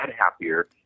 happier